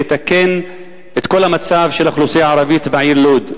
לתקן את המצב של האוכלוסייה הערבית בעיר לוד.